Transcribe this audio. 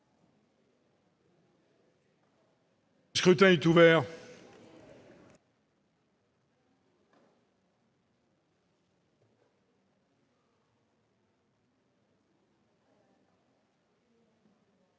Le scrutin est ouvert.